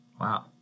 Wow